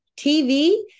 TV